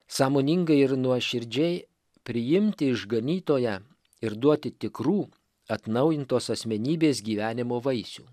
sąmoningai ir nuoširdžiai priimti išganytoją ir duoti tikrų atnaujintos asmenybės gyvenimo vaisių